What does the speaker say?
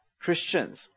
Christians